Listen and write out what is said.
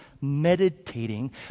meditating